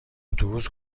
اتوبوس